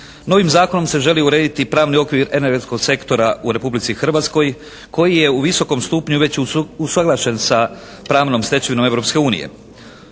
Novim zakonom se želi urediti pravni okvir energetskog sektora u Republici Hrvatskoj koji je u visokom stupnju već usuglašen sa pravnom stečevinom